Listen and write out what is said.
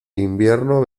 invierno